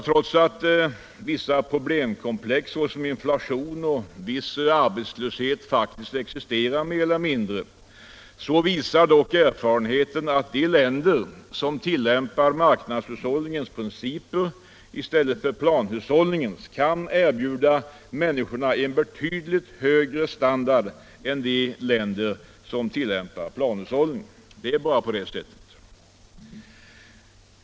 Trots att vissa problemkomplex såsom inflation och viss arbetslöshet faktiskt existerar mer eller mindre visar erfarenheten att de länder som tillämpar marknadshushållningens principer kan erbjuda människorna en betydligt högre standard än de länder som tillämpar planhushållning. Det är bara på det sättet.